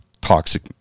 toxic